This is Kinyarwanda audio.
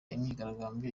imyigaragambyo